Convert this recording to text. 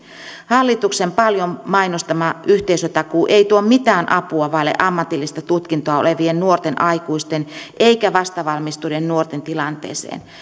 hallituksen paljon mainostama yhteisötakuu ei tuo mitään apua vailla ammatillista tutkintoa olevien nuorten aikuisten eikä vastavalmistuneiden nuorten tilanteeseen